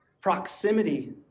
Proximity